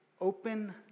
open